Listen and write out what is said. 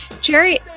Jerry